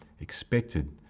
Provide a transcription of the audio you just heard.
expected